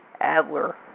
Adler